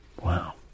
Wow